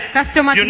Customer